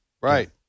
Right